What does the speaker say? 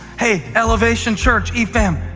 hey, elevation church, efam,